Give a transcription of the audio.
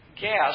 gas